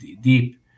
deep